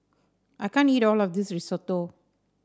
I can't eat all of this Risotto